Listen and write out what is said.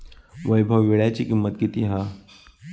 वैभव वीळ्याची किंमत किती हा?